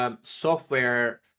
software